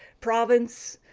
province,